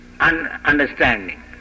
Understanding